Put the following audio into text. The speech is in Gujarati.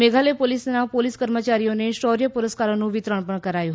મેઘાલય પોલીસના પોલીસ કર્મયારીઓને શૌર્ય પુરસ્કારોનું વિતરણ પણ કરાયું હતું